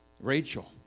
Rachel